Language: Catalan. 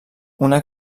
una